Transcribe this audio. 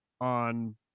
on